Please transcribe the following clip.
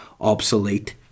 obsolete